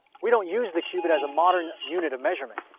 we don't use the cubit as a modern unit of measurement,